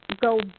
go